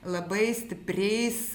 labai stipriais